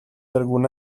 alguna